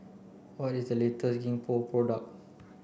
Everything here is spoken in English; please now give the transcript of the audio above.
what is the latest Gingko product